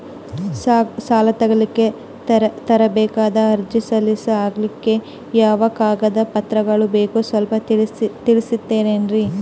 ಸಾಲ ತೆಗಿಲಿಕ್ಕ ತರಬೇಕಾದ ಅರ್ಜಿ ಸಲೀಸ್ ಆಗ್ಲಿಕ್ಕಿ ಯಾವ ಕಾಗದ ಪತ್ರಗಳು ಬೇಕು ಸ್ವಲ್ಪ ತಿಳಿಸತಿರೆನ್ರಿ?